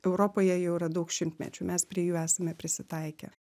europoje jau yra daug šimtmečių mes prie jų esame prisitaikę